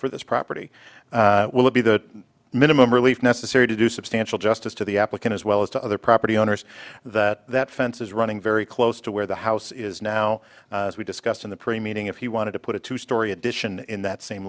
for this property will be the minimum relief necessary to do substantial justice to the applicant as well as to other property owners that that fence is running very close to where the house is now as we discussed in the pre meaning if you wanted to put a two storey addition in that same